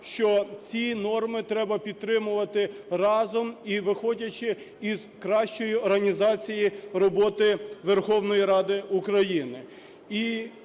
що ці норми треба підтримувати разом і виходячи з кращої організації роботи Верховної Ради України.